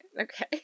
Okay